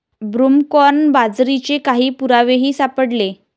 broomcorn बाजरीचे काही पुरावेही सापडले